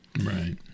Right